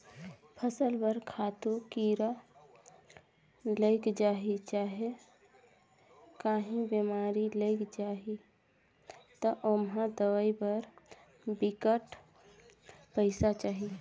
फसल बर खातू, कीरा लइग जाही चहे काहीं बेमारी लइग जाही ता ओम्हां दवई बर बिकट पइसा चाही